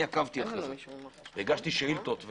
הגשתי שאילתות.